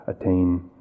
attain